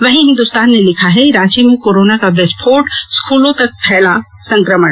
वहीं हिन्दुस्तान ने लिखा है रांची में कोरोना का विस्फोट स्कूलों तक फैला संकमण